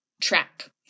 track